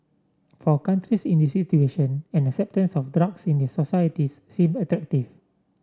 for countries in these situation an acceptance of drugs in their societies seem attractive